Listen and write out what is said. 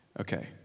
Okay